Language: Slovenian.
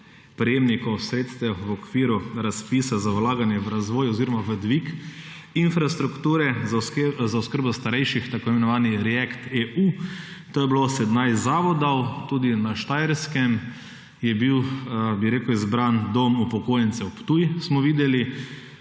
prejemnikov sredstev v okviru razpisa za vlaganje v razvoj oziroma v dvig infrastrukture za oskrbo starejših, tako imenovanega REACT-EU. To je bilo 17 zavodov. Na Štajerskem je bil izbran Dom upokojencev Ptuj, smo videli,